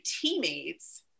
teammates